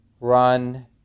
run